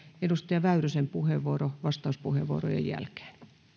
edustaja väyrysen puheenvuoro vastauspuheenvuorojen jälkeen